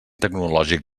tecnològic